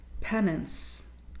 penance